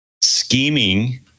scheming